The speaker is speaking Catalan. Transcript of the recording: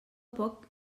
poc